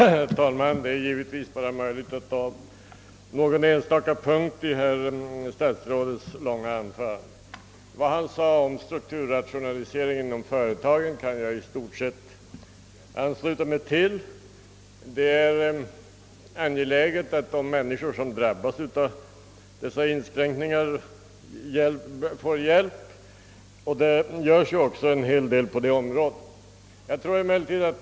Herr talman! Det är givetvis möjligt att nu bara ta upp några enstaka punkter i statsrådets långa anförande. Vad han sade om strukturrationaliseringen inom företagen kan jag i stort sett ansluta mig till. Det är angeläget att de människor som drabbas av inskränkningarna får hjälp, och det göres också en hel del på detta område.